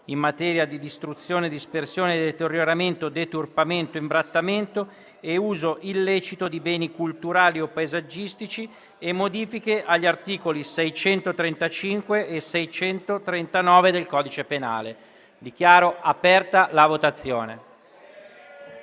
in materia di distruzione, dispersione, deterioramento, deturpamento, imbrattamento e uso illecito di beni culturali o paesaggistici e modifiche agli articoli 635 e 639 del codice penale». *(Segue la votazione).*